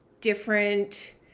different